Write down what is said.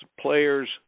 players